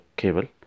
cable